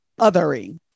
othering